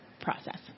process